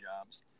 jobs